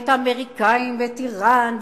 את האמריקנים ואת אירן,